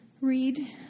read